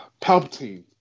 Palpatine